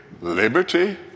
Liberty